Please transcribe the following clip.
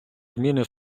зміни